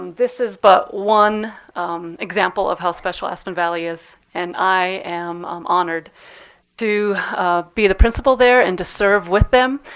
this is but one example of how special aspen valley is, and i am um honored to be the principal there and to serve with them.